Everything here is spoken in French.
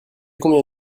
combien